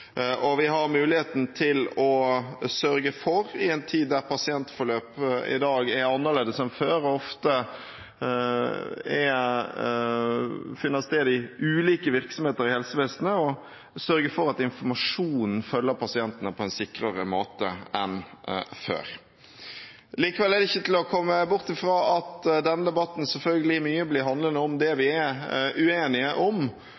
og vi har muligheten til i en tid der pasientforløpet er annerledes enn før og ofte finner sted i ulike virksomheter i helsevesenet, å sørge for at informasjonen følger pasientene på en sikrere måte enn før. Likevel er det ikke til å komme bort fra at denne debatten selvfølgelig mye blir handlende om det vi er uenige om,